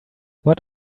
what